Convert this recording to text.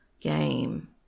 game